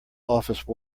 office